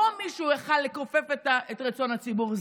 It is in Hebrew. לא יכול מישהו לכופף רצון הציבור.